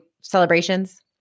celebrations